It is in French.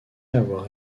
avoir